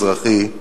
אזרחי,